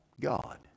God